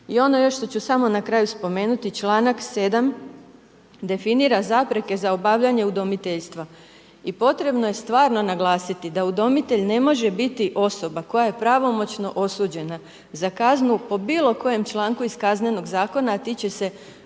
I ono još ću samo na kraju spomenuti, članak 7. definira zapreke za obavljanje udomiteljstva. I potrebno je stvarno naglasiti da udomitelj ne može biti osoba koja je pravomoćno osuđena za kaznu po bilokojem članku iz Kaznenog zakona, a tiče se